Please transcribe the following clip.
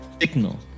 Signal